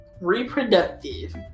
Reproductive